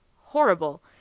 horrible